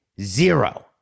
zero